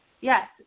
yes